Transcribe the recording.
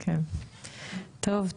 טוב,